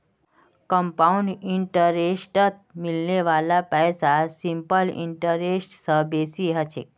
compound इंटरेस्टत मिलने वाला पैसा सिंपल इंटरेस्ट स बेसी ह छेक